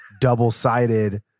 double-sided